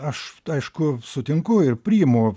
aš aišku sutinku ir priimu